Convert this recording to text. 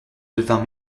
devint